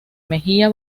mejía